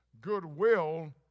goodwill